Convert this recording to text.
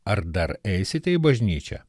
ar dar eisite į bažnyčią